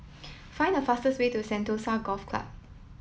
find the fastest way to Sentosa Golf Club